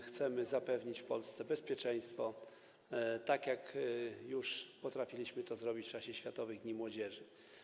Chcemy zapewnić w Polsce bezpieczeństwo, tak jak już potrafiliśmy to zrobić w czasie Światowych Dni Młodzieży.